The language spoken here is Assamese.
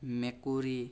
মেকুৰী